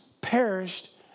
perished